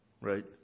Right